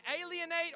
alienate